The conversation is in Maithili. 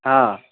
हँ